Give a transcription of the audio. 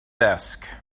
desk